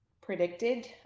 predicted